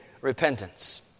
repentance